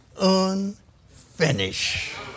unfinished